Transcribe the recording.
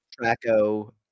Traco